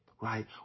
right